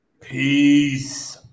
Peace